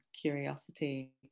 curiosity